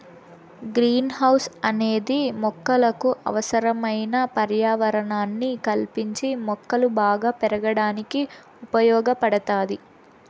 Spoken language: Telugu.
గ్రీన్ హౌస్ అనేది మొక్కలకు అవసరమైన పర్యావరణాన్ని కల్పించి మొక్కలు బాగా పెరగడానికి ఉపయోగ పడుతాది